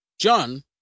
John